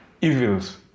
evils